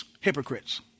hypocrites